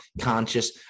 conscious